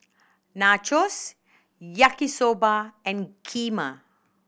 Nachos Yaki Soba and Kheema